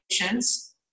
patients